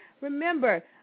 Remember